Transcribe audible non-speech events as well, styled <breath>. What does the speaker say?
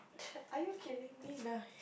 <breath> are you kidding me nah